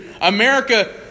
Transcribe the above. America